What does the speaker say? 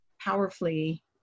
powerfully